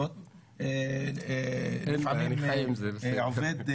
לפעמים זה עובד,